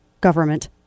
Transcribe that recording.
Government